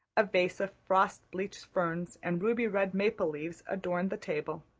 a vase of frost-bleached ferns and ruby-red maple leaves adorned the table,